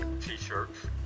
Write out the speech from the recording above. t-shirts